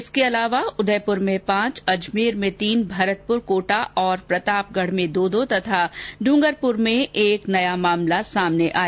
इसके अलावा उदयपुर में पांच अजमेर में तीन भरतपुर कोटा और प्रतापगढ में दो दो तथा डूंगरपुर में एक नया मामला सामने आया